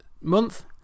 month